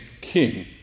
king